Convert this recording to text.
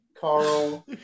Carl